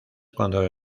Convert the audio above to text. cuando